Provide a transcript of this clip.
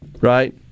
right